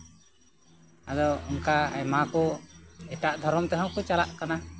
ᱟᱫᱚ ᱚᱝᱠᱟ ᱮᱢᱟᱠᱚ ᱮᱴᱟᱜ ᱫᱷᱚᱨᱚᱢ ᱛᱮᱦᱚᱸ ᱠᱚ ᱪᱟᱞᱟᱜ ᱠᱟᱱᱟ